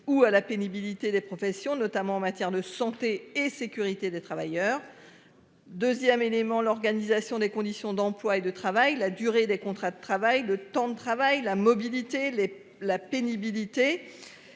ou à la pénibilité des professions, notamment en matière de santé et sécurité des travailleurs. 2ème élément l'organisation des conditions d'emploi et de travail, la durée des contrats de travail, le temps de travail, la mobilité les la pénibilité.